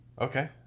Okay